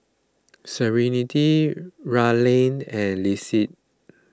Serenity Raelynn and Lissette